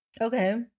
Okay